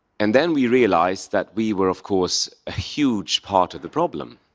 and then we realized that we were of course a huge part of the problem.